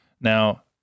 now